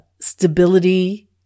stability